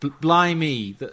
Blimey